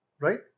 right